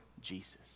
Jesus